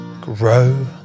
grow